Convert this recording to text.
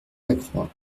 lacroix